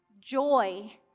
joy